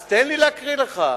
אז תן לי להקריא לך.